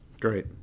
Great